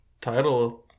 title